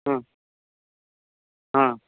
हां हां